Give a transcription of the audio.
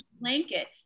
blanket